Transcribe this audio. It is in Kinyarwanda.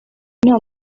nta